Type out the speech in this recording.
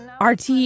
RT